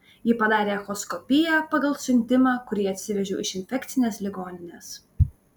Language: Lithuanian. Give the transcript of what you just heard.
ji padarė echoskopiją pagal siuntimą kurį atsivežiau iš infekcinės ligoninės